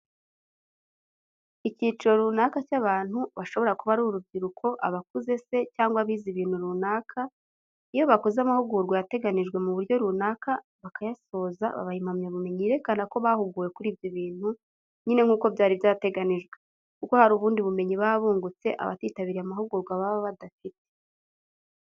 Icyiciro runaka cy'abantu, bashobora kuba ari urubyiruko, abakuze se, cyangwa abize ibintu runaka iyo bakoze amahugurwa yateganijwe mu buryo runaka bakayasoza babaha impamyabumenyi yerekana ko bahuguwe kuri byo bintu nyine nk'uko byari byateganijwe, kuko hari ubundi bumenyi baba bungutse abatitabiriye amahugurwa baba badafite.